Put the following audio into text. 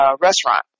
restaurant